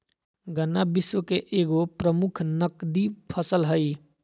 गन्ना विश्व के एगो प्रमुख नकदी फसल हइ